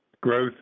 growth